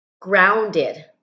grounded